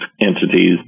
entities